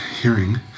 hearing